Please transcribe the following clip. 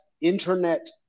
internet